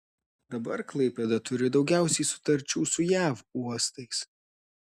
dabar klaipėda turi daugiausiai sutarčių su jav uostais